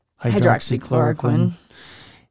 hydroxychloroquine